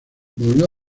volvió